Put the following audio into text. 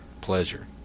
pleasure